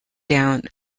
down